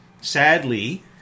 Sadly